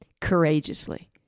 courageously